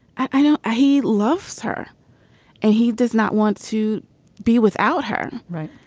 i know he loves her and he does not want to be without her. right.